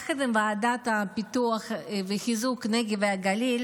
יחד עם ועדת הפיתוח לחיזוק הנגב והגליל